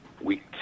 week